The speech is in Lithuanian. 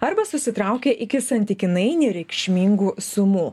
arba susitraukia iki santykinai nereikšmingų sumų